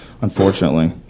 unfortunately